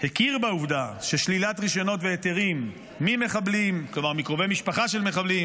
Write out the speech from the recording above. הכיר בעובדה ששלילת רישיונות והיתרים מקרובי משפחה של מחבלים